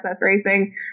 racing